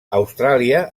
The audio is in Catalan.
austràlia